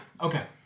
Okay